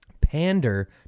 pander